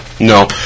No